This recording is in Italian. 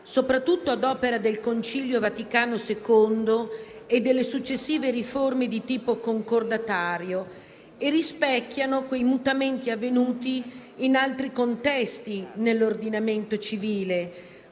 soprattutto ad opera del Concilio Vaticano II e delle successive riforme di tipo concordatario; esse rispecchiano inoltre i mutamenti avvenuti in altri contesti nell'ordinamento civile,